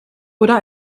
oder